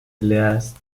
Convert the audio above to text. last